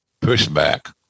pushback